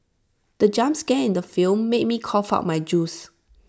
the jump scare in the film made me cough out my juice